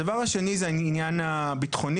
הדבר השני הוא העניין הביטחוני,